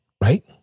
right